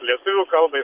lietuvių kalbai